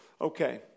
Okay